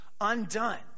undone